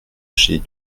chez